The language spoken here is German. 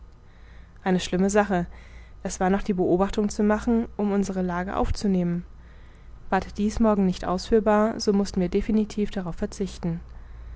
eine schlimme sache es war noch die beobachtung zu machen um unsere lage aufzunehmen ward dies morgen nicht ausführbar so mußten wir definitiv darauf verzichten